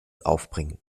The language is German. aufbringen